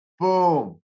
Boom